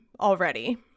already